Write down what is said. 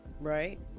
Right